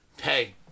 Hey